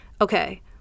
okay